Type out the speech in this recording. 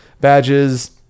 badges